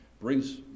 brings